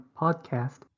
podcast